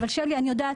אבל שלי אני יודעת,